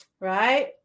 Right